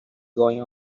going